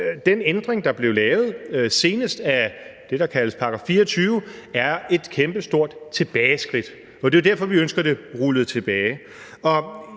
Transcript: den ændring, der blev lavet, senest af det, der kaldes § 24, er et kæmpe stort tilbageskridt, og det er jo derfor, vi ønsker det rullet tilbage.